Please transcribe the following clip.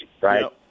right